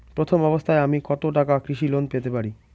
প্রথম অবস্থায় আমি কত টাকা কৃষি লোন পেতে পারি?